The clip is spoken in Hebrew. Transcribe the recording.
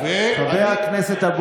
חבריי חברי הכנסת,